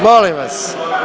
Molim vas!